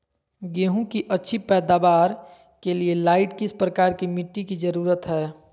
गेंहू की अच्छी पैदाबार के लाइट किस प्रकार की मिटटी की जरुरत है?